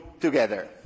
together